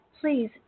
Please